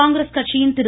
காங்கிரஸ் கட்சியின் திரு